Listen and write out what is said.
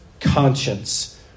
conscience